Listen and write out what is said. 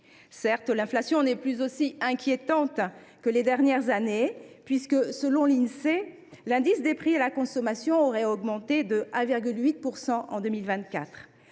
Certes, l’inflation n’est plus aussi inquiétante que les années précédentes, puisque, selon l’Insee, l’indice des prix à la consommation aurait augmenté de 1,8 % en 2024.